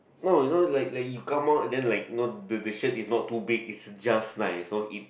no no like like you come out the the shirt is not too big it's just nice